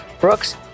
brooks